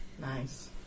Nice